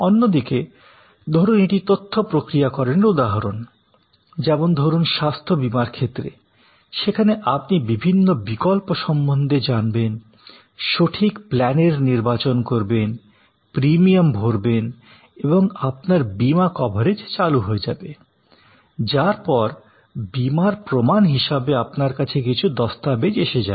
অন্যদিকে ধরুন এটি তথ্য প্রক্রিয়াকরণের উদাহরণ যেমন ধরুন স্বাস্থ্য বীমার ক্ষেত্রে সেখানে আপনি বিভিন্ন বিকল্প সম্বন্ধে জানবেন সঠিক প্ল্যানের নির্বাচন করবেন প্রিমিয়াম ভরবেন এবং আপনার বীমা কভারেজ চালু হয়ে যাবে যার পর বীমার প্রমান হিসাবে আপনার কাছে কিছু দস্তাবেজ এসে যাবে